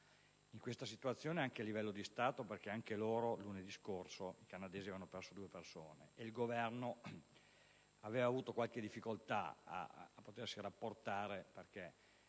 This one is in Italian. in questa situazione anche a livello di Stato perché anche loro lunedì scorso hanno perso due persone. Il Governo aveva avuto qualche difficoltà a rapportarsi perché